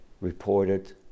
reported